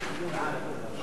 נתקבל.